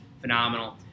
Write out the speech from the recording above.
phenomenal